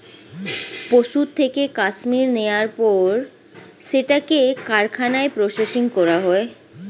পশুর থেকে কাশ্মীর নেয়ার পর সেটাকে কারখানায় প্রসেসিং করা হয়